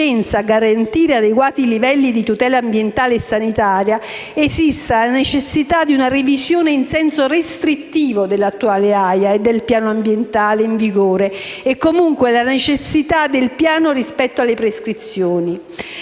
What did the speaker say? della loro insufficienza a garantire adeguati livelli di tutela ambientale e sanitaria, esista la necessità di una revisione in senso restrittivo dell'attuale AIA e del Piano Ambientale in vigore e comunque la necessità del pieno rispetto delle prescrizioni.